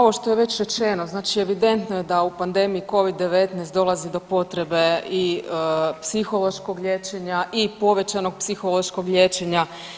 Hvala. … [[Govornica se ne razumije zbog najave.]] što je već rečeno, znači evidentno je da u pandemiji Covid-19 dolazi do potrebe i psihološkog liječenja i povećanog psihološkog liječenja.